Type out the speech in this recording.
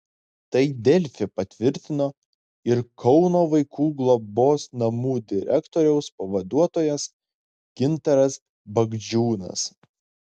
tai delfi patvirtino ir kauno vaikų globos namų direktoriaus pavaduotojas gintaras bagdžiūnas